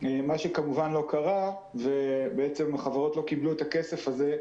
מה שכמובן לא קרה וחברות לא קיבלו את הכסף הזה,